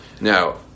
Now